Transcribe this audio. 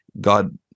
God